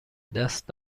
دست